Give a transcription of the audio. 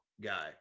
guy